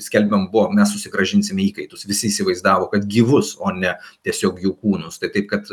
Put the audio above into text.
skelbiama buvo mes susigrąžinsime įkaitus visi įsivaizdavo kad gyvus o ne tiesiog jų kūnus tai taip kad